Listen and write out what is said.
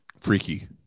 Freaky